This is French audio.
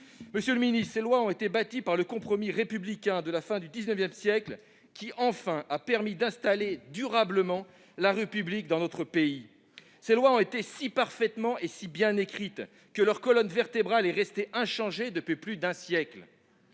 contrôle du culte. Ces lois ont été bâties grâce au compromis républicain de la fin du XIX siècle, qui avait enfin permis d'installer durablement la République dans notre pays. Elles ont été si parfaitement écrites que leur colonne vertébrale est restée inchangée depuis plus d'un siècle.